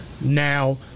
Now